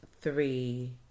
three